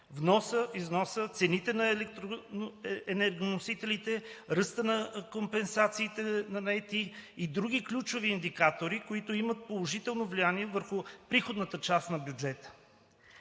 вноса, износа, цените на енергоносителите, ръста на компенсациите на наетите и други ключови индикатори, които имат положително влияние върху приходната част на бюджета.